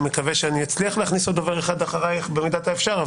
אני מקווה שאני אצליח להכניס עוד דובר אחד אחרייך במידת האפשר.